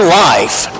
life